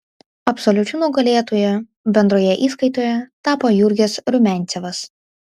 absoliučiu nugalėtoju bendroje įskaitoje tapo jurgis rumiancevas